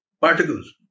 particles